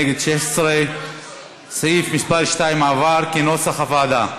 נגד, 16. סעיף מס' 2 עבר כנוסח הוועדה.